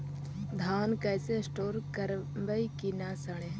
धान कैसे स्टोर करवई कि न सड़ै?